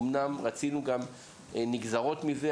אמנם רצינו גם נגזרות מזה,